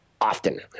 often